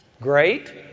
Great